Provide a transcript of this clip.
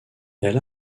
elle